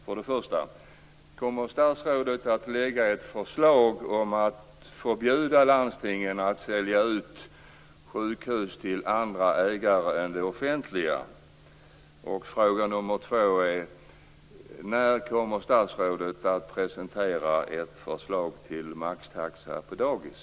För det första: Kommer statsrådet att lägga ett förslag om att förbjuda landstingen att sälja ut sjukhus till andra ägare än det offentliga? För det andra: När kommer statsrådet att presentera ett förslag till maxtaxa på dagis?